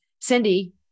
Cindy